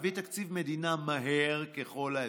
להביא תקציב מדינה מהר ככל האפשר,